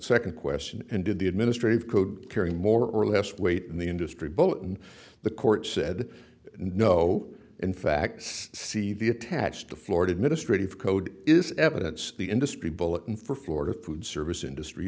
second question and did the administrative code carry more or less weight in the industry both in the court said no in fact c the attached to florida administrative code is evidence the industry bulletin for florida food service industry